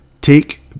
Take